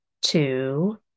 Two